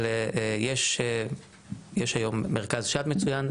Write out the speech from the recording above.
אבל יש היום מרכז שד מצוין,